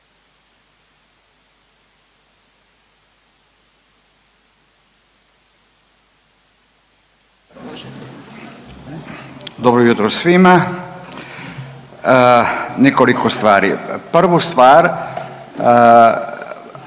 Dobro jutro svima. Nekoliko stvari, prvu stvar,